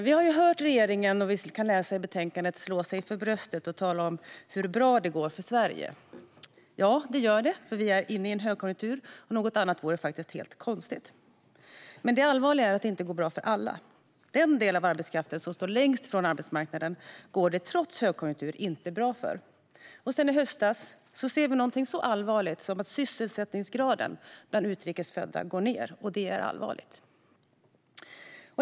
Vi har hört regeringen slå sig för bröstet, vilket också framkommer i betänkandet, och tala om hur bra det går för Sverige. Ja, det gör det. Vi är nämligen inne i en högkonjunktur. Något annat vore konstigt. Det allvarliga är att det inte går bra för alla. Den del av arbetskraften som står längst från arbetsmarknaden går det inte bra för, trots högkonjunktur. Och sedan i höstas ser vi något så allvarligt som att sysselsättningsgraden bland utrikes födda går ned. Det är allvarligt.